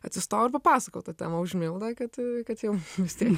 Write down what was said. atsistojau ir papasakojau tą temą už mildą kad kad jau vis tiek